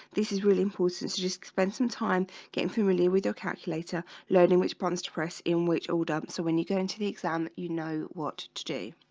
this is really important to just spend some time getting familiar with your calculator learning which bones to press in which order, so when going to the exam? you know what to do